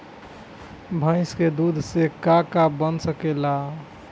भइस के दूध से का का बन सकेला?